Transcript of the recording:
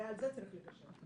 ועל זה צריך לגשר.